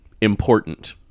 important